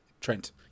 Trent